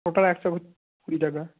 ওটাও একশো কুড়ি টাকা